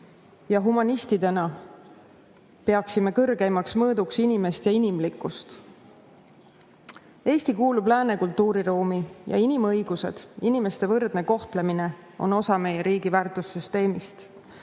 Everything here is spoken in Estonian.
ja humanistidena peaksime kõrgeimaks mõõduks inimeste inimlikkust! Eesti kuulub lääne kultuuriruumi ja inimõigused, inimeste võrdne kohtlemine on osa meie riigi väärtussüsteemist.